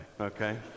okay